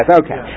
okay